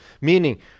Meaning